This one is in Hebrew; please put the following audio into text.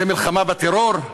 זה מלחמה בטרור?